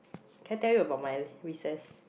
can I tell you about my recess